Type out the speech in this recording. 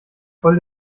voll